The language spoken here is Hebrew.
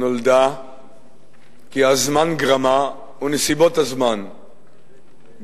נולדה כי הזמן גרמה ונסיבות הזמן גרמוה.